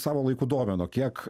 savo laiku domino kiek